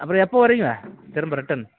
அப்புறம் எப்போ வரீங்க திரும்ப ரிட்டர்ன்